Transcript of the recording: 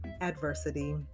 adversity